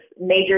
major